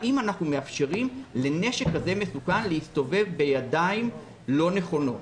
האם אנחנו מאפשרים לנשק כזה מסוכן להסתובב בידיים לא נכונות?